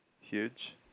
Huge